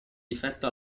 difetto